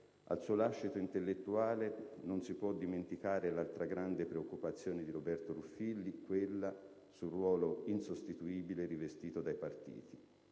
al suo lascito intellettuale non si può dimenticare l'altra grande preoccupazione di Roberto Ruffilli, quella sul ruolo insostituibile rivestito dai partiti.